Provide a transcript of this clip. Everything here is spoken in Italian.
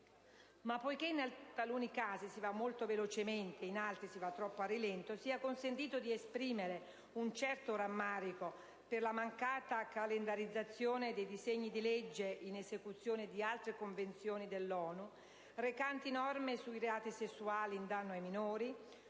E poiché in taluni casi si va molto velocemente ed in altri si va troppo a rilento, sia consentito di esprimere un certo rammarico per la mancata calendarizzazione dei disegni di legge recanti, in esecuzione di altre Convenzioni dell'ONU, norme sui reati sessuali in danno di minori,